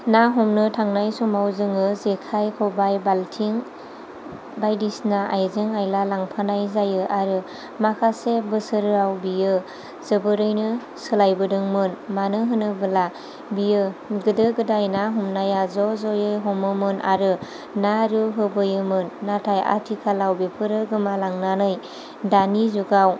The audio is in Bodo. ना हमनो थांनाय समाव जोङो जेखाइ खबाय बाल्टिं बायदिसिना आइजें आइला लांफानाय जायो आरो माखासे बोसोराव बेयो जोबोरैनो सोलायबोदोंमोन मानो होनोब्ला बेयो गोदो गोदाय ना हमनाया ज' जयै हमोमोन आरो ना रु होबोयोमोन नाथाय आथिखालाव बेफोरो गोमालांनानै दानि जुगाव